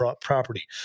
property